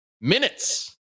minutes